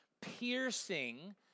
piercing